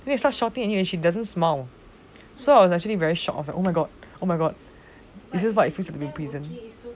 and they start shouting at you and she doesn't smile so I was actually very shock that oh my god oh my god is this what it feels to be in prison